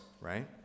right